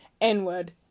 N-word